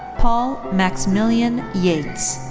paul maximilian yates.